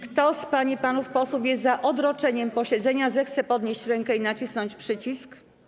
Kto z pań i panów posłów jest za odroczeniem posiedzenia, zechce podnieść rękę i nacisnąć przycisk.